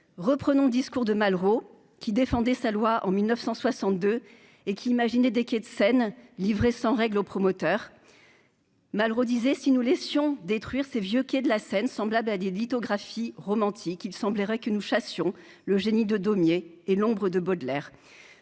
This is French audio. reprenons : discours de Malraux qui défendait sa loi en 1962 et qui imaginer des quais de Seine, livré sans règle au promoteur. Malraux disait si nous laissions détruire ces vieux qui est de la scène semblable à des lithographies romantique, il semblerait que nous fassions le génie de Daumier et l'ombre de Baudelaire,